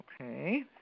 Okay